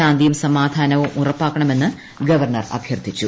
ശാന്തിയുപ്പ് സ്മാധാനവും ഉറപ്പാക്കണമെന്ന് ഗവർണർ അഭ്യത്ഥിച്ചു